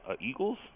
Eagles